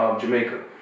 Jamaica